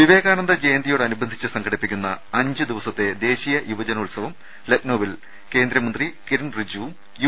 വിവേകാനന്ദ ജയന്തിയോടനുബന്ധിച്ച് സംഘടിപ്പിക്കുന്ന അഞ്ച് ദിവസത്തെ ദേശീയ യുവജനോത്സവം ലഖ്നൌവിൽ കേന്ദ്രമന്ത്രി കിരൺ റിജുവും യു